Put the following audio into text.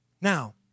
Now